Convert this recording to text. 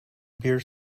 beer